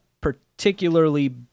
particularly